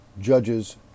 judges